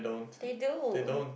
they do